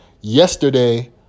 Yesterday